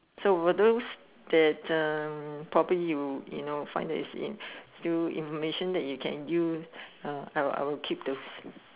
so for those that uh probably you you know find that it's in still information that you can use I will keep the